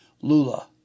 Lula